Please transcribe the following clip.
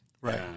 Right